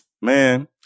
Man